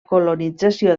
colonització